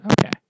Okay